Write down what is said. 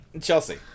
Chelsea